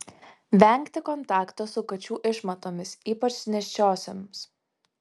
vengti kontakto su kačių išmatomis ypač nėščiosioms